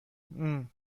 ممم